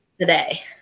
today